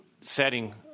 setting